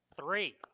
Three